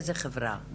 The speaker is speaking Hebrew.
איזו חברה?